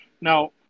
Now